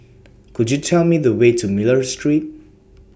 Could YOU Tell Me The Way to Miller Street